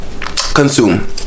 consume